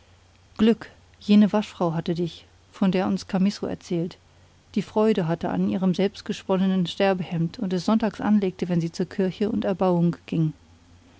glück jene waschfrau hatte dich von der uns chamisso erzählt die freude hatte an ihrem selbstgesponnenen sterbehemd und es sonntags anlegte wenn sie zur kirche und erbauung ging